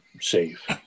safe